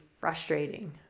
frustrating